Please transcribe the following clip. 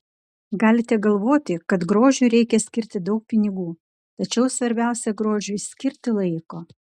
galite galvoti kad grožiui reikia skirti daug pinigų tačiau svarbiausia grožiui skirti laiko